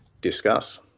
Discuss